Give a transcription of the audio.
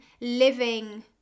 living